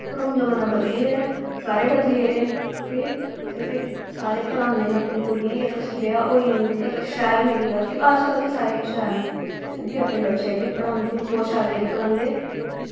पर हून जमाना बदली गेदा ऐ सारे बदली गेदे न ते ते फिर सारे पढ़ाङन अपनी कुड़ियें गी इक ब्याह् होई जंदा जेकर शैल मिली जंदा अजकल सारे शैल गै न उब्भी अपने बच्चे अग्गै पढ़ांदे बहुत शैल करियै पढ़ांदे